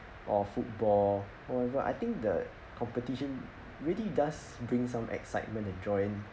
or football or what I think the competition really does bring some excitement and joy